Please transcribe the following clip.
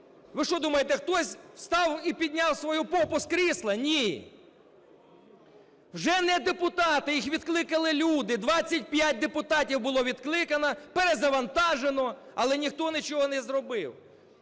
Ви що думаєте, хтось встав і підняв свою попу з крісла? Ні. Вже не депутати, їх відкликали люди. 25 депутатів було відкликано, перезавантажено, але ніхто нічого не зробив.